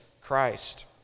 Christ